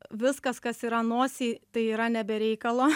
viskas kas yra nosy tai yra nebe reikalo